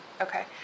Okay